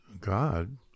God